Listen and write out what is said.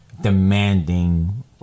Demanding